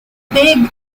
big